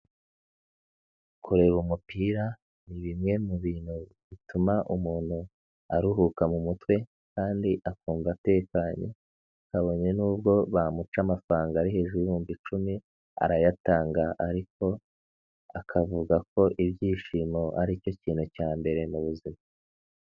Kureba umupira ni bimwe mu bintu bituma umuntu aruhuka mu mutwe kandi akumva atekanye, kabone n'ubwo bamuca amafaranga ari hejuru y'ibihumbi icumi arayatanga ariko akavuga ko ibyishimo ari cyo kintu cya mbere mu buzima.